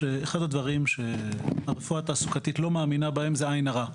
שאחד הדברים שהרפואה התעסוקתית לא מאמינה בהם זה עין הרע.